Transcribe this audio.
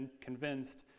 convinced